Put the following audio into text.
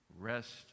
rest